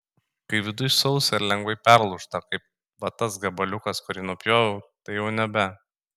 kai viduj sausa ir lengvai perlūžta kaip va tas gabaliukas kurį nupjoviau tai jau nebe